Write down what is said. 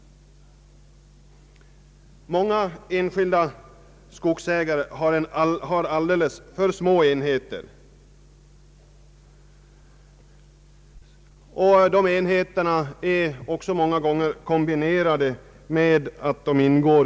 Många enskilda skogsägare har alldeles för små enheter, och dessa enheter ingår också ofta i stora stärbhus.